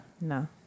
No